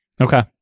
Okay